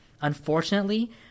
Unfortunately